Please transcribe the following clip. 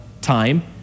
time